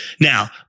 Now